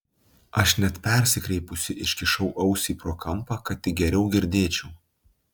aš net persikreipusi iškišau ausį pro kampą kad tik geriau girdėčiau